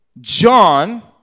John